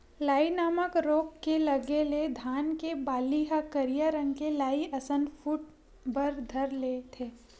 लाई नामक रोग के लगे ले धान के बाली ह करिया रंग के लाई असन फूट बर धर लेथे